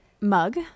mug